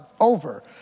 over